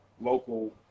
local